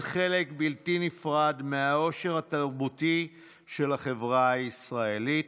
חלק בלתי נפרד מהעושר התרבותי של החברה הישראלית.